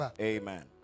Amen